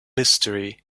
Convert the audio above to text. mystery